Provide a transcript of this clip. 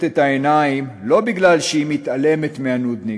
את העיניים לא מפני שהיא מתעלמת מהנודניק,